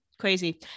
Crazy